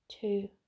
two